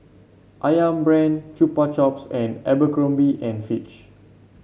ayam Brand Chupa Chups and Abercrombie and Fitch